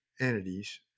entities